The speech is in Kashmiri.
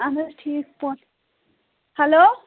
اَہَن حظ ٹھیٖک پٲٹھۍ ہیٚلو